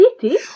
city